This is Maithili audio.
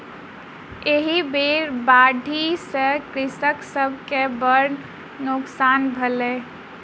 एहि बेर बाढ़ि सॅ कृषक सभ के बड़ नोकसान भेलै